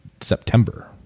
September